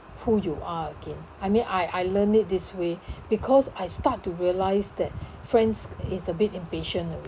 who you are again I mean I I learned it this way because I start to realise that friends is a bit impatient already